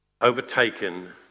Overtaken